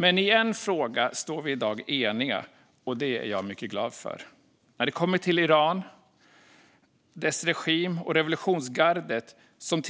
Men i en fråga står vi i dag eniga. Det är jag mycket glad för. När det kommer till Iran, dess regim och revolutionsgardet, som